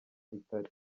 bitari